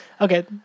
okay